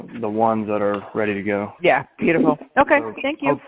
the ones that are ready to go yeah, beautiful. okay, thank you.